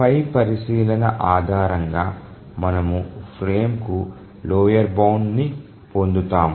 పై పరిశీలన ఆధారంగా మనము ఫ్రేమ్కు లోయర్ బౌండ్ని పొందుతాము